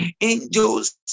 angels